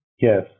Yes